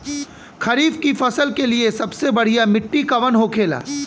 खरीफ की फसल के लिए सबसे बढ़ियां मिट्टी कवन होखेला?